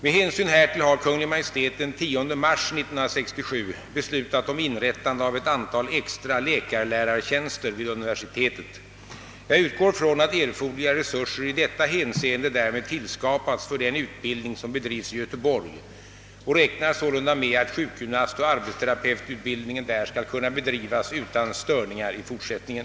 Med hänsyn härtill har Kungl. Maj:t den 10 mars 1967 beslutat om inrättande av ett antal extra läkarlärartjänster vid universitetet. Jag utgår från att erforderliga resurser i detta hänseende därmed tillskapats för den utbildning som bedrivs i Göteborg och räknar sålunda med att sjukgymnastoch arbetsterapeututbildningen där skall kunna bedrivas utan störningar i fortsättningen.